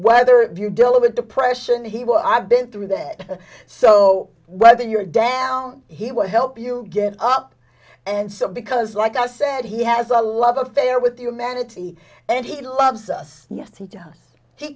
whether you deliver depression he will i've been through that so whether you're down he will help you get up and so because like i said he has a love affair with humanity and he loves us yes he